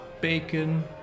bacon